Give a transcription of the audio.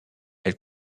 elle